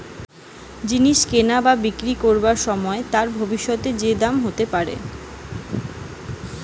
জিনিস কিনা বা বিক্রি করবার সময় তার ভবিষ্যতে যে দাম হতে পারে